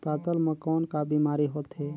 पातल म कौन का बीमारी होथे?